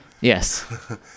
Yes